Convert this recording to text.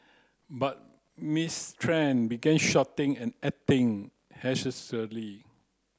but Miss Tran began shouting and acting